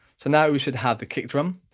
so now we should have the kick drum,